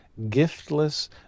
giftless